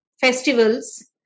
festivals